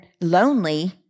lonely